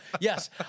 Yes